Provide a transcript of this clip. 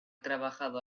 trabajado